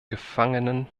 gefangenen